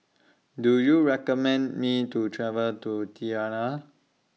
Do YOU recommend Me to travel to Tirana